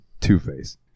two-face